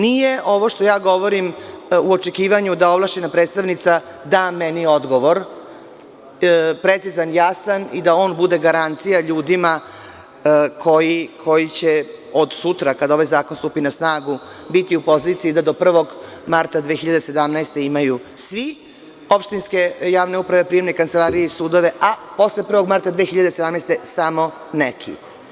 Nije ovo što ja govorim u očekivanju da ovlašćena predstavnica da meni odgovor, precizan, jasan i da on bude garancija ljudima koji će od stura kada ovaj zakon stupi na snagu biti u poziciji da do 1. marta 2017. godineimaju svi opštinske javne uprave, prijemne kancelarije i sudove, a posle 1. marta 2017. godine samo neki.